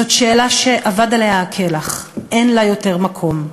זו שאלה שאבד עליה הכלח, אין לה יותר מקום.